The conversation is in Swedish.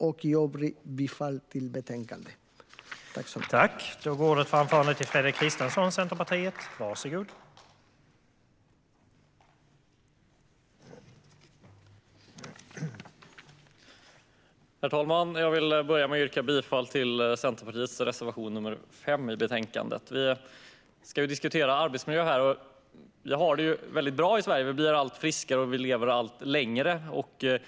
Jag yrkar i övrigt bifall till utskottets förslag till beslut.